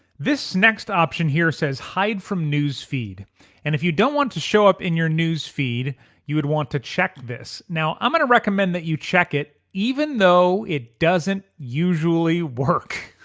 this next option here says hide from news feed and if you don't want it to show up in your news feed you would want to check this. now i'm gonna recommend that you check it even though it doesn't usually work.